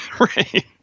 Right